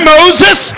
Moses